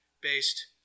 based